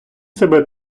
себе